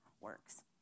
works